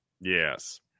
Yes